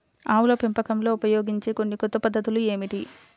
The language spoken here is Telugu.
ఆవుల పెంపకంలో ఉపయోగించే కొన్ని కొత్త పద్ధతులు ఏమిటీ?